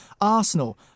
Arsenal